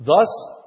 Thus